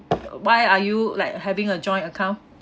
why are you like having a joint account